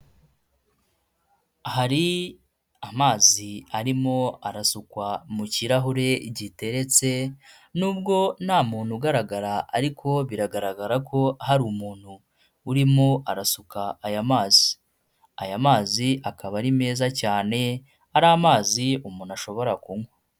Hari amazi arimo arasukwa mu kirahure giteretse, nubwo nta muntu ugaragara ariko biragaragara ko hari umuntu urimo arasuka aya mazi, aya mazi akaba ari meza cyane, ari amazi umuntu ashobora kunywa.